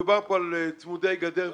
מדובר כאן על צמודי גדר וגבול.